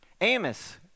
Amos